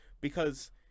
Because-